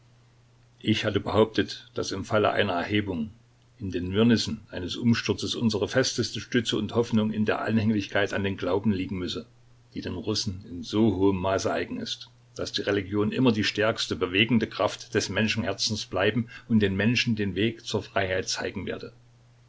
ich hatte behauptet daß im falle einer erhebung in den wirrnissen eines umsturzes unsere festeste stütze und hoffnung in der anhänglichkeit an den glauben liegen müsse die den russen in so hohem maße eigen ist daß die religion immer die stärkste bewegende kraft des menschenherzens bleiben und den menschen den weg zur freiheit zeigen werde